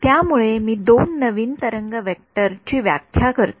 त्यामुळे मी दोन नवीन तरंग वेक्टर ची व्याख्या करतो